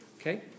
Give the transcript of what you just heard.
Okay